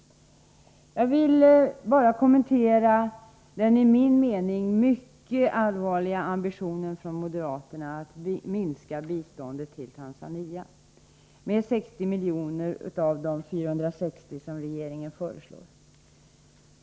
Jag vill bara kommentera den i min mening mycket allvarliga ambitionen hos moderaterna att minska biståndet till Tanzania med 60 miljoner av de 460 som regeringen föreslår.